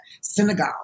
Senegal